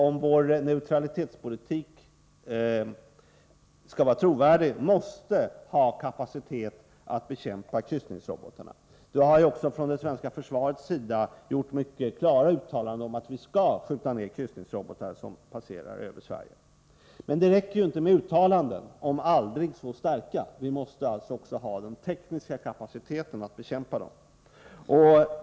Om vår neutralitetspolitik skall vara trovärdig måste vi därför ha kapacitet att bekämpa kryssningsrobotarna. Det har också från det svenska försvarets sida gjorts mycket klara uttalanden om att vi skall skjuta ned kryssningsrobotar som passerar över Sverige. Men det räcker inte med uttalanden om än aldrig så starka, vi måste också ha den tekniska kapaciteten.